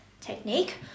technique